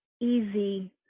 easy